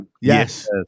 Yes